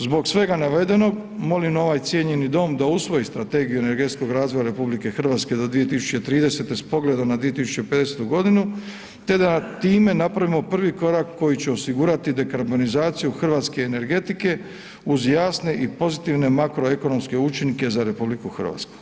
Zbog svega navedenog, molim ovaj cijenjeni Dom da usvoji Strategiju energetskog razvoja RH do 2030. s pogledom na 2050. godinu te da time napravimo prvi korak koji će osigurati dekarbonizaciju hrvatske energetike uz jasne i pozitivne makroekonomske učinke za RH.